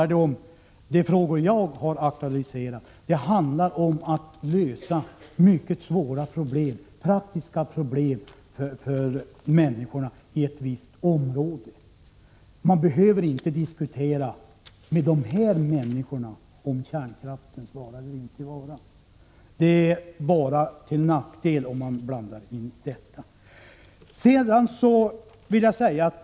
De frågor jag har aktualiserat handlar om att lösa mycket svåra praktiska problem för människorna i ett visst område. Man behöver inte diskutera med dessa människor kärnkraftens vara eller inte vara, det skulle bara vara till nackdel.